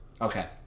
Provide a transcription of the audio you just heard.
Okay